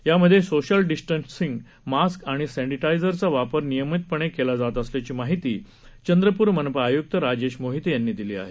यामध्ये social distancing mask आणि सॅनेटाईझरचा वापर नियमितपणे केला जात असल्याची माहिती चंद्रपूर मनपा आय्क्त राजेश मोहिते यांनी दिली आहे